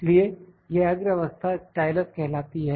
इसलिए यह अग्र अवस्था स्टाइलस कहलाती है